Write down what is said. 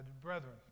Brethren